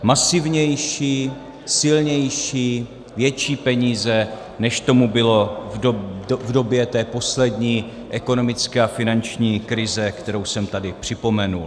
Masivnější, silnější, větší peníze, než tomu bylo v době té poslední ekonomické a finanční krize, kterou jsem tady připomenul.